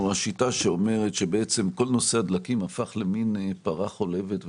השיטה שאומרת שכל נושא הדלקים הפך למין פרה חולבת,